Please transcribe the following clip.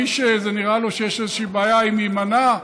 מי שנראה לו שיש איזו בעיה אם יימנע,